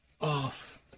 off